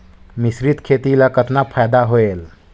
मिश्रीत खेती ल कतना फायदा होयल?